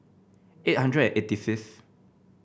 eight hundred eighty fifth